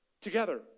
together